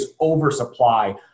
oversupply